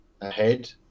ahead